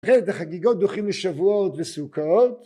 ‫אחרי זה החגיגות דוחים ‫לשבועות וסוכות.